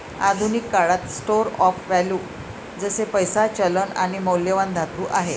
आधुनिक काळात store of value जसे पैसा, चलन आणि मौल्यवान धातू आहे